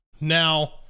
Now